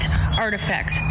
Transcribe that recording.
artifacts